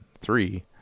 three